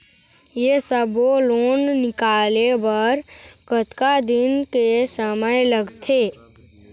ये सब्बो लोन निकाले बर कतका दिन के समय लगथे?